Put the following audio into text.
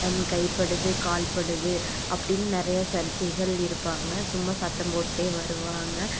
கை படுது கால் படுது அப்படின்னு நிறைய சர்ச்சைகள் இருப்பாங்க சும்மா சத்தம் போட்டே வருவாங்க